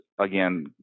again